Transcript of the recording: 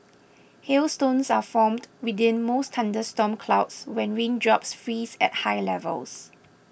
hailstones are formed within most thunderstorm clouds when raindrops freeze at high levels